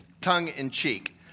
tongue-in-cheek